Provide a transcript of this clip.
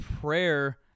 prayer